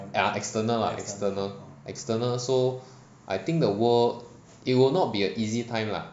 ya external lah external external so I think the world it will not be a easy time lah